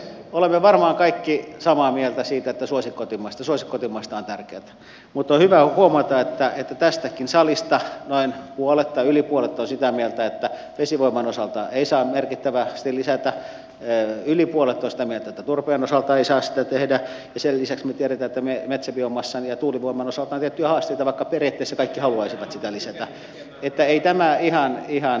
olemme varmaan kaikki samaa mieltä siitä että suosi kotimaista se on tärkeätä mutta on hyvä huomata että tästäkin salista yli puolet on sitä mieltä että vesivoimaa ei saa merkittävästi lisätä yli puolet on sitä mieltä että turpeen osalta ei saa sitä tehdä ja sen lisäksi me tiedämme että metsäbiomassan ja tuulivoiman osalta on tiettyjä haasteita vaikka periaatteessa kaikki haluaisivat sitä lisätä niin että ei tämä ihan yksinkertaista ole